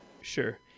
sure